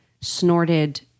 snorted